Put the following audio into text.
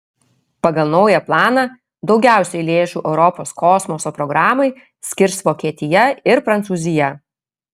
pagal naują planą daugiausiai lėšų europos kosmoso programai skirs vokietija ir prancūzija